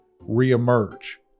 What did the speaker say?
re-emerge